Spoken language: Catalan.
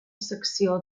secció